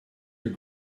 your